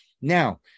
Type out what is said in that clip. Now